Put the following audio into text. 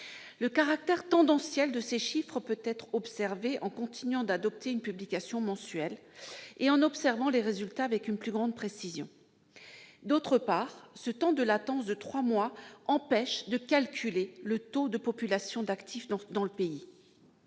le caractère tendanciel de ces chiffres peut être observé en continuant d'adopter une publication mensuelle et en étudiant les résultats avec une plus grande précision. Par ailleurs, ce temps de latence de trois mois empêche de calculer le taux de la population d'actifs dans le pays.